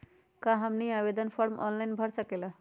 क्या हमनी आवेदन फॉर्म ऑनलाइन भर सकेला?